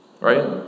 Right